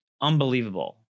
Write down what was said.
unbelievable